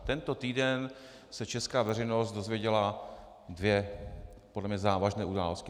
Tento týden se česká veřejnost dozvěděla dvě podle mne závažné události.